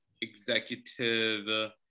executive